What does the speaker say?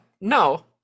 no